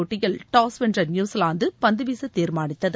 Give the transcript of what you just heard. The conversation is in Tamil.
போட்டியில் டாஸ் வென்ற நியூசிலாந்து பந்துவீச தீர்மானித்தது